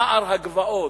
נוער הגבעות,